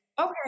okay